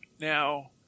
Now